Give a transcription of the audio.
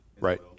Right